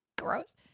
gross